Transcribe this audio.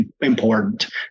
important